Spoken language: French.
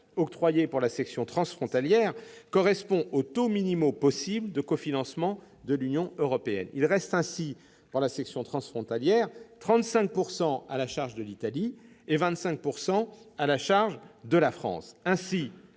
octroyée pour la section transfrontalière, correspond aux taux maximaux possibles de cofinancement par l'Union européenne. Il reste ainsi pour la section transfrontalière 35 % à la charge de l'Italie et 25 % à la charge de la France. Avec